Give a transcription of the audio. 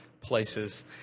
Places